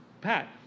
Pat